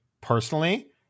personally